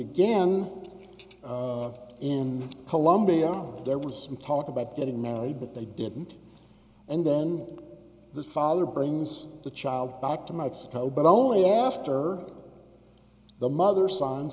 again in colombia there was some talk about getting married but they didn't and then the father brings the child back to months but only after the mother signs